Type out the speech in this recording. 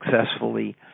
successfully